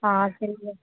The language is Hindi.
हाँ चलिए